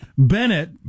Bennett